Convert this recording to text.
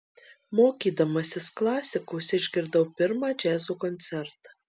mokydamasis klasikos išgirdau pirmą džiazo koncertą